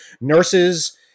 nurses